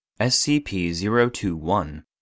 SCP-021